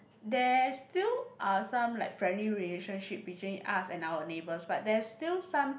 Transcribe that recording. there's still are some like friendly relationship between us and our neighbours but there's still some